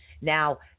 Now